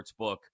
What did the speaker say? sportsbook